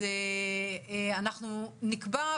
נקבע,